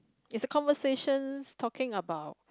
is a conversation talking about